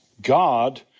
God